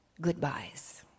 goodbyes